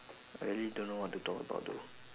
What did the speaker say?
I really don't know what to talk about though